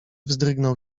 wzdrygnął